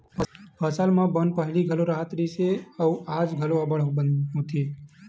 फसल म बन ह पहिली घलो राहत रिहिस अउ आज घलो अब्बड़ बन होथे